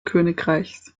königreichs